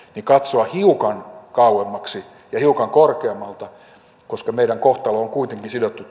katsoa hiukan kauemmaksi ja hiukan korkeammalta koska meidän kohtalomme on kuitenkin sidottu